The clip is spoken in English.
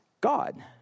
God